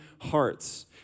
hearts